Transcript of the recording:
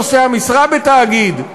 לא נושא המשרה בתאגיד.